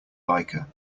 biker